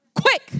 quick